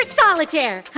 solitaire